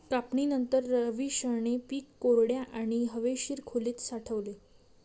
कापणीनंतर, रवीशने पीक कोरड्या आणि हवेशीर खोलीत साठवले